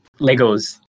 Legos